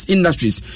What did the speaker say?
Industries